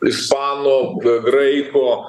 ispanų graikų